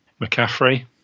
McCaffrey